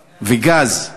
וגז.